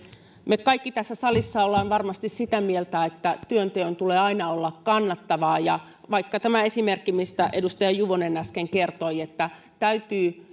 me kaikki tässä salissa olemme varmasti sitä mieltä että työnteon tulee aina olla kannattavaa vaikka tämä esimerkki mistä edustaja juvonen äsken kertoi ja että